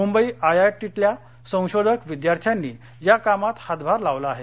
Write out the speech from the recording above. मुंबई आयआयटीतल्या संशोधक विद्यार्थ्यांनी या कामात हातभार लावला आहे